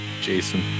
Jason